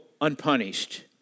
unpunished